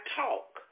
talk